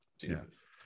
Jesus